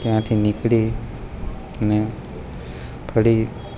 ત્યાંથી નીકળી અને ફરી